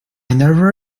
never